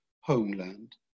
homeland